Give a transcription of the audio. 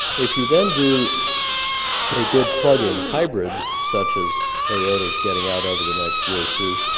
if you then do a good plug-in hybrid such as toyota is getting out over the next year or two